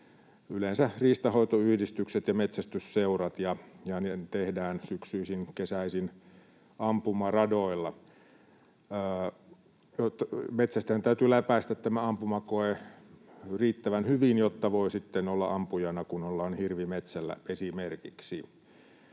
yleensä riistanhoitoyhdistykset ja metsästysseurat, ja ne tehdään syksyisin ja kesäisin ampumaradoilla. Metsästäjän täytyy läpäistä tämä ampumakoe riittävän hyvin, jotta voi sitten olla ampujana, kun ollaan esimerkiksi